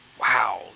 wow